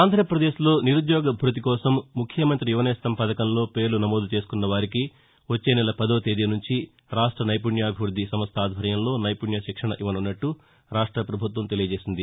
ఆంధ్రాపదేశ్లో నిరుద్యోగభ్భతి కోసం ముఖ్యమంత్రి యువనేస్తం పథకంలో పేర్లు నమోదు చేసుకున్న వారికి వచ్చే నెల పదో తేదీనుంచి రాష్ట నైపుణ్యాభివృద్ది సంస్ట ఆధ్వర్యంలో నైపుణ్య శిక్షణ ఇవ్వనున్నట్ల రాష్టపభుత్వం ఒక పకటనలో తెలిపింది